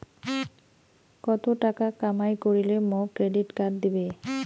কত টাকা কামাই করিলে মোক ক্রেডিট কার্ড দিবে?